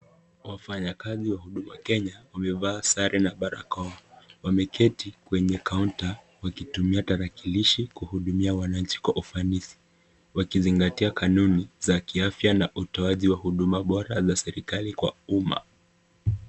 Wafanyakazi wa huduma Kenya wamevaa sare na barakoa. Wameketi kwenye kaunta wakitumia tarakilishi kuhudumia wananchi kwa ufanisi wakizingatia kanuni za kiafya na utoaji wa huduma bora za serikali kwa umma.